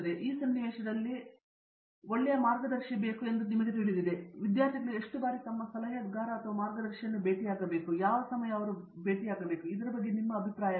ಈ ಸನ್ನಿವೇಶದಲ್ಲಿ ನಿಮಗೆ ಒಳ್ಳೆಯ ಮಾರ್ಗದರ್ಶಿ ಬೇಕು ಎಂಬುದು ನಿಮಗೆ ತಿಳಿದಿದೆ ಎಷ್ಟು ಬಾರಿ ವಿದ್ಯಾರ್ಥಿಗಳು ತಮ್ಮ ಸಲಹೆಗಾರ ಅಥವಾ ಮಾರ್ಗದರ್ಶಿಯನ್ನು ಭೇಟಿಯಾಗಬೇಕು ಮತ್ತು ಸಮಯದೊಂದಿಗೆ ಅದು ಹೇಗೆ ಬದಲಾಗಬಹುದು ಅಥವಾ ಈ ಬಗ್ಗೆ ನಿಮ್ಮ ಅಭಿಪ್ರಾಯವೇನು